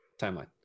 timeline